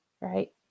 right